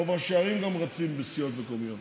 רוב ראשי הערים גם רצים בסיעות מקומיות.